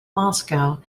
moscow